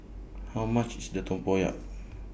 How much IS Little Tempoyak